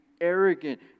arrogant